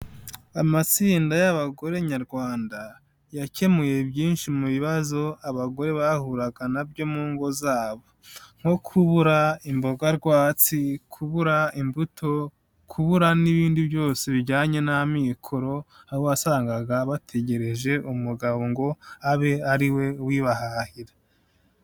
Amatsinda y'abagore nyarwanda, yakemuye byinshi mu bibazo abagore bahuraga nabyo mu ngo zabo, nko kubura imboga rwatsi, kubura imbuto, kubura n'ibindi byose bijyanye n'amikoro, aho wasangaga bategereje umugabo ngo, abe ari we ubibahahira.